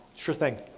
sure thing.